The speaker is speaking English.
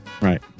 Right